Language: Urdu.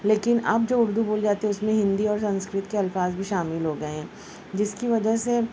لیکن اب جو اردو بولی جاتی ہے اس میں ہندی اور سنسکرت کے الفاظ بھی شامل ہو گئے ہیں جس کی وجہ سے